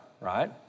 right